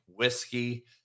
whiskey